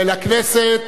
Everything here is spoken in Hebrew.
ולכנסת,